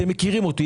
אתם מכירים אותי,